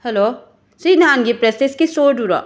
hello ꯁꯤ ꯅꯍꯥꯟꯒꯤ ꯄ꯭ꯔꯦꯁꯇꯤꯁꯀꯤ ꯁ꯭ꯇꯣꯔꯗꯨꯔꯣ